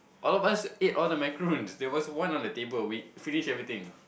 all of us eat all of the macaroon there was one on the table we finish everything